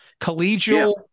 collegial